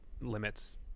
limits